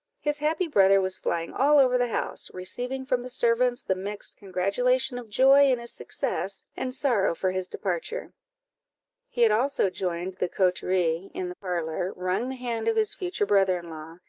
his happy brother was flying all over the house, receiving from the servants the mixed congratulation of joy in his success and sorrow for his departure he had also joined the coterie in the parlour, wrung the hand of his future brother-in-law,